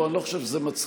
אני לא חושב שזה מצחיק.